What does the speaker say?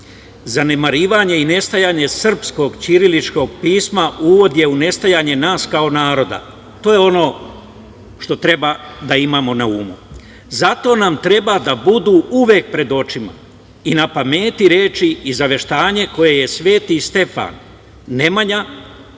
zanemarivanje i nestajanje srpskog ćiriličkog pisma, uvod je u nestajanju nas kao naroda. To je ono što treba da imamo na umu. Zato treba da nam budu uvek pred očima i na pameti reči i zaveštanje koje je Sveti Stefan Nemanja